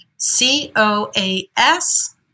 C-O-A-S